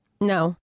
No